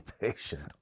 patient